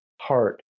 heart